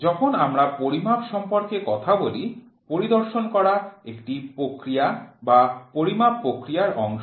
যখন আমরা পরিমাপ সম্পর্কে কথা বলি পরিদর্শন করা একটি প্রক্রিয়া যা পরিমাপ প্রক্রিয়ার অংশ